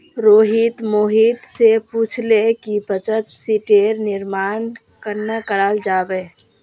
रोहित मोहित स पूछले कि बचत शीटेर निर्माण कन्ना कराल जाबे